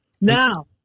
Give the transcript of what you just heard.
Now